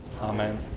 Amen